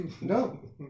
No